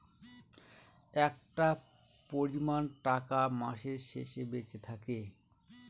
একটা পরিমান টাকা মাসের শেষে বেঁচে থাকে